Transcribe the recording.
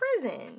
prison